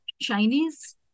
Chinese